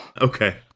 Okay